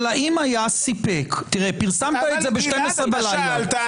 אבל האם היה סיפק פרסמת את זה ב-24:00 בלילה --- שאלת,